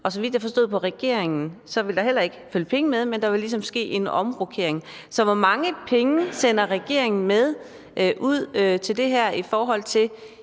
og så vidt jeg har forstået på regeringen, vil der heller ikke følge penge med, men der vil ligesom ske en omrokering. Så hvor mange penge sender regeringen med ud til det her, og her